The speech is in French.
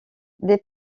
des